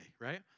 Right